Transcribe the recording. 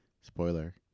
spoiler